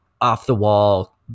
off-the-wall